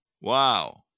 Wow